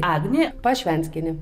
agnė pašvenskienė